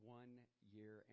one-year